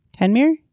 Tenmir